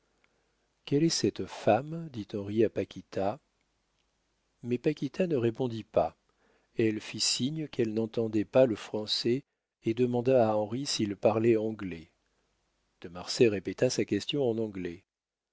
quelle est cette femme dit henri à paquita mais paquita ne répondit pas elle fit signe qu'elle n'entendait pas le français et demanda à henri s'il parlait anglais de marsay répéta sa question en anglais